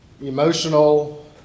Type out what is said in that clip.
emotional